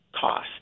cost